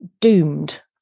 doomed